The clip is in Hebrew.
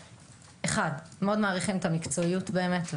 אנחנו מאוד מעריכים את המקצועיות באמת,